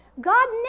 God